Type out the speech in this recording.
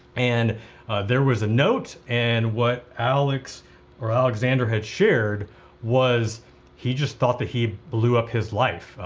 and there was a note and what alex or alexander had shared was he just thought that he blew up his life.